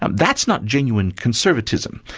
um that's not genuine conservatism.